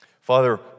Father